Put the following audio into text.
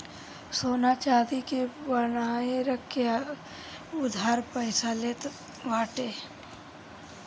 सोना चांदी के बान्हे रख के उधार पईसा लेत बाटे